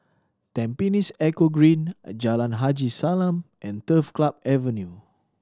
Tampines Eco Green Jalan Haji Salam and Turf Club Avenue